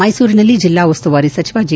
ಮೈಸೂರಿನಲ್ಲಿ ಜಿಲ್ಲಾ ಉಸ್ತುವಾರಿ ಸಚಿವ ಜಿ